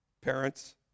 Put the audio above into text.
parents